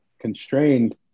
constrained